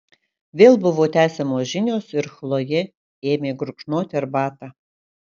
vėl buvo tęsiamos žinios ir chlojė ėmė gurkšnoti arbatą